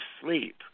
sleep